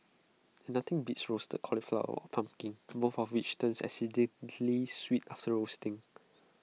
and nothing beats roasted cauliflower or pumpkin both of which turn exceedingly sweet after roasting